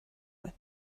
with